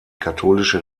katholische